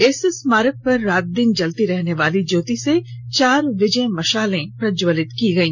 इस स्मारक पर रात दिन जलती रहने वाली ज्योति से चार विजय मशालें प्रज्ज्वलित की गई